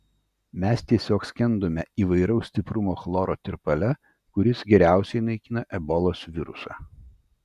mes tiesiog skendome įvairaus stiprumo chloro tirpale kuris geriausiai naikina ebolos virusą